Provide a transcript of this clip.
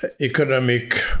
economic